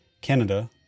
Canada